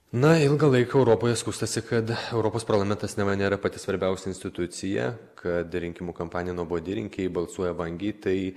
na ilgą laiką europoje skųstasi kad europos parlamentas neva nėra pati svarbiausia institucija kad rinkimų kampanija nuobodi rinkėjai balsuoja vangiai tai